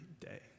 day